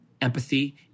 empathy